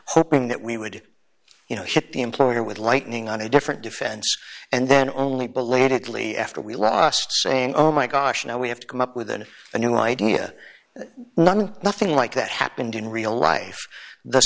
hoping that we would you know hit the employer with lightning on a different defense and then only belatedly after we lost saying oh my gosh now we have to come up with an a new idea nothing like that happened in real life the